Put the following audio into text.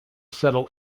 settle